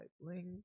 link